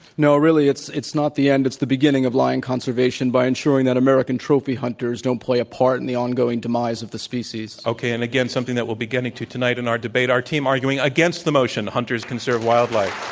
no really it's it's not the end. it's the beginning of lion conservation by ensuring that american trophy hunters don't play a part in the ongoing demise of the species. okay, and again, something that we'll be getting to tonight in our debate. our team arguing against the motion hunters conserve wildlife.